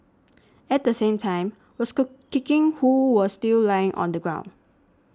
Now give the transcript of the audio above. at the same time was cook kicking who was still lying on the ground